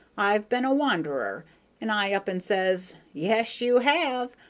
i've been a wanderer and i up and says, yes, you have,